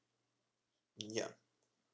ya